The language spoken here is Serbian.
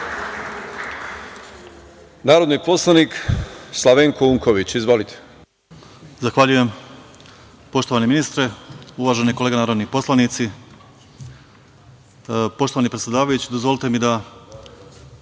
Narodni poslanik Slavenko Unković ima reč.